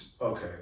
okay